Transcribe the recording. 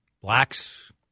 Blacks